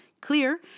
clear